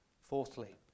Fourthly